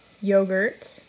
yogurt